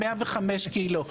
105 קילו.